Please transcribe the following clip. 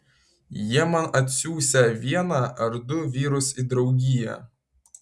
jie man atsiųsią vieną ar du vyrus į draugiją